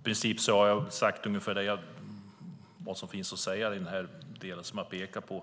Herr talman! Jag har i princip sagt ungefär vad som finns att säga i den här delen.